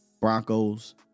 Broncos